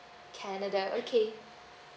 canada okay